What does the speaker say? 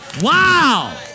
Wow